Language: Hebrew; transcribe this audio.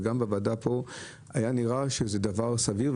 וגם בוועדה פה היה נראה שזה דבר סביר,